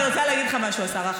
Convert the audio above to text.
אני רוצה להגיד לך משהו, השר.